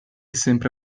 sempre